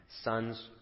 sons